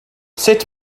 sut